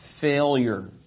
failure